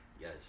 Yes